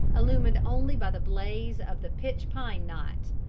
illumined only by the blaze of the pitch pine knot,